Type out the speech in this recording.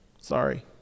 Sorry